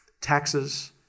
Taxes